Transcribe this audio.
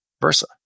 versa